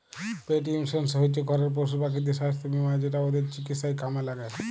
পেট insurance হচ্যে ঘরের পশুপাখিদের সাস্থ বীমা যেটা ওদের চিকিৎসায় কামে ল্যাগে